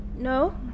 No